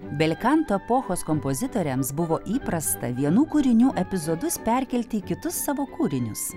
belkanto epochos kompozitoriams buvo įprasta vienų kūrinių epizodus perkelti į kitus savo kūrinius